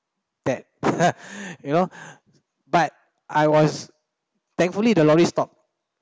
that you know but I was thankfully the lorry stopped